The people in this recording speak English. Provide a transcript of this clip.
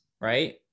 right